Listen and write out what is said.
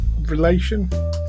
relation